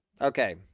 Okay